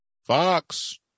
Fox